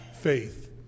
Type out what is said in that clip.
faith